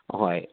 ꯑꯍꯣꯏ